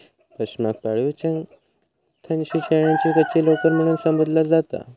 पशमाक पाळीव चांगथंगी शेळ्यांची कच्ची लोकर म्हणून संबोधला जाता